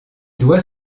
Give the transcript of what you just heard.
doit